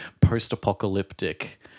post-apocalyptic